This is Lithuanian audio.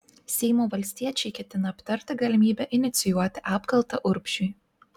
seimo valstiečiai ketina aptarti galimybę inicijuoti apkaltą urbšiui